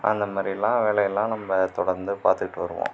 அந்த மாதிரிலாம் வேலையெல்லாம் நம்ம தொடர்ந்து பார்த்துக்கிட்டு வருவோம்